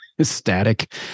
static